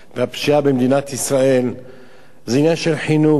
והפשיעה במדינת ישראל זה עניין של חינוך,